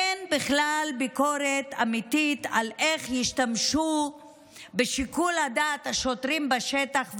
אין בכלל ביקורת אמיתית על איך ישתמשו בשיקול דעת השוטרים בשטח,